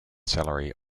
salary